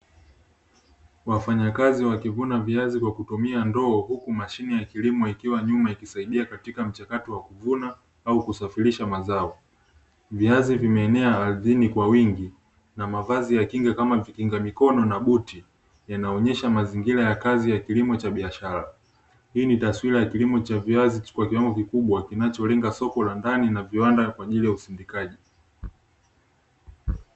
Wafanyakazi wakivuna viazi kwa kutumia ndoo, huku mashine ya kilimo ikiwa nyuma ikisaidia katika mchakato wa kuvuna au kusafirisha mazao. Viazi vimeenea ardhini kwa wingi na mavazi ya kinga kama vikinga mikono na buti yanaonyesha mazingira ya kazi ya kilimo cha biashara. Hii ni taswira ya kilimo cha viazi kwa kiwango kikubwa kinacholenga soko la ndani na viwanda kwa ajili ya usindikaji.